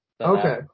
Okay